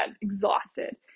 exhausted